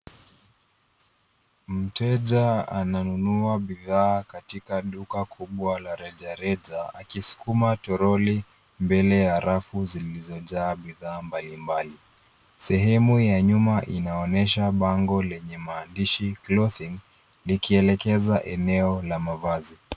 Mteja ananunua bidhaa katika duka kubwa la rejareja, akisukuma toroli mbele ya rafu zilizojaa bidhaa mbali mbali. Sehemu ya nyumba inaonyesha bango lenye maandishi, clothing ,likielekeza eneo la mavazi.